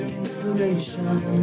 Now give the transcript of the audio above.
inspiration